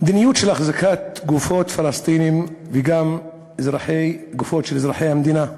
מדיניות של החזקת גופות פלסטינים וגם גופות של אזרחי המדינה,